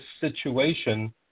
situation